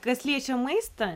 kas liečia maistą